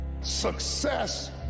success